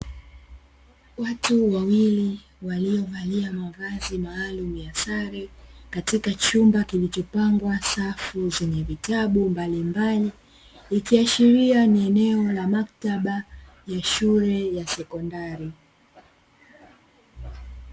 Watu wawili waliovalia mavazi maalumu ya sare katika chumba kilichopangwa safu zenye vitabu mbalimbali, ikiashiria ni eneo la maktaba ya shule ya sekondari.